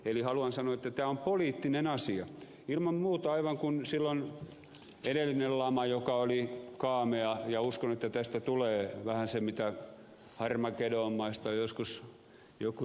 eli haluan sanoa että tämä on poliittinen asia ilman muuta aivan kuin silloin edellinen lama oli kaamea ja uskon että tästä tulee vähän se mitä harmageddonmaista joskus jotkut ovat ennustelleet